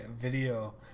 video